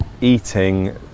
eating